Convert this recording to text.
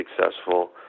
successful